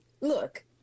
Look –